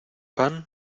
pan